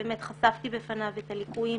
באמת חשפתי בפניו את הליקויים